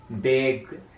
big